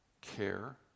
care